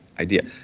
idea